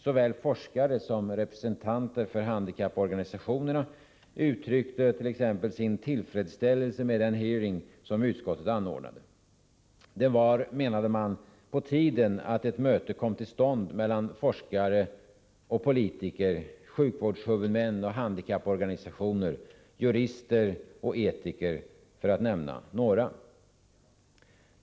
Såväl forskare som representanter för handikapporganisationerna uttryckte sin tillfredsställelse med den hearing som utskottet anordnade. Det var, menade man, på tiden att ett möte kom till stånd mellan forskare och politiker, sjukvårdshuvudmän och handikapporganisationer, jurister och etiker för att nämna några.